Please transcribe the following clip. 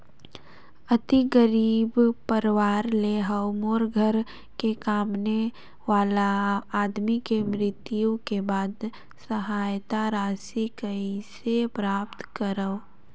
अति गरीब परवार ले हवं मोर घर के कमाने वाला आदमी के मृत्यु के बाद सहायता राशि कइसे प्राप्त करव?